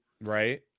Right